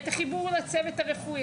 את החיבור לצוות הרפואי,